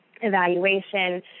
evaluation